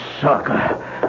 sucker